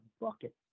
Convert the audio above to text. bucket